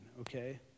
okay